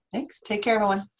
thanks take care everyone.